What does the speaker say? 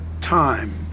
time